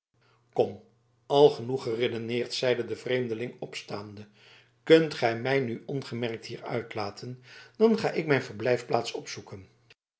kom al genoeg geredeneerd zeide de vreemdeling opstaande kunt gij mij nu ongemerkt hier uitlaten dan ga ik mijn verblijfplaats opzoeken